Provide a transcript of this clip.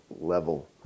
level